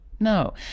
No